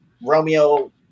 Romeo